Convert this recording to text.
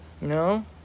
no